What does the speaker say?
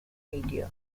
media